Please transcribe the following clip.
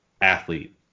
athlete